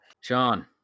Sean